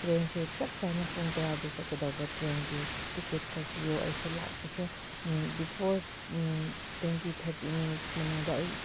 ꯇ꯭ꯔꯦꯟꯁꯨ ꯆꯞ ꯆꯥꯅ ꯄꯨꯡ ꯇꯔꯥꯗ ꯆꯠꯀꯗ ꯇ꯭ꯔꯦꯟꯒꯤ ꯇꯤꯛꯀꯦꯠ ꯀꯥꯛꯄꯤꯌꯣ ꯑꯩꯁꯨ ꯂꯥꯛꯄꯁꯨ ꯕꯤꯐꯣꯔ ꯇ꯭ꯋꯦꯟꯇꯤ ꯊꯥꯔꯇꯤ ꯃꯤꯅꯤꯠꯁ ꯃꯅꯨꯡꯗ ꯑꯩ